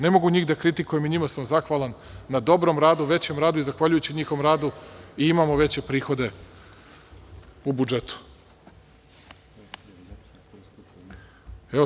Ne mogu njih da kritikujem, i njima sam zahvalan na dobrom radu, većem radu, i zahvaljujući njihovom radu i imamo veće prihode u budžetu.